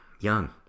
young